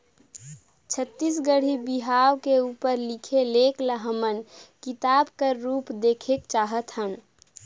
छत्तीसगढ़ी बिहाव के उपर लिखे लेख ल हमन किताब कर रूप देहेक चाहत हन